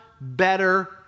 better